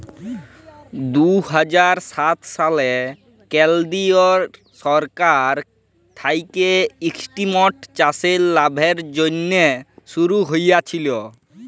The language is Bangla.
দু হাজার সাত সালে কেলদিরিয় সরকার থ্যাইকে ইস্কিমট চাষের লাভের জ্যনহে শুরু হইয়েছিল